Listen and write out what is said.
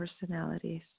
personalities